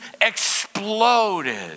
exploded